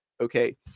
okay